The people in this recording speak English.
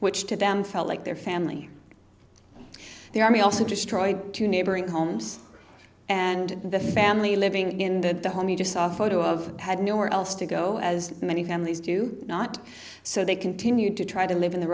which to them felt like their family their army also destroyed two neighboring homes and the family living in the home you just saw photo of had nowhere else to go as many families do not so they continue to try to live in the